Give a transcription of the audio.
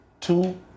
Two